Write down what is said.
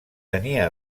tenia